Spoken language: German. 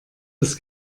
das